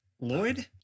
Lloyd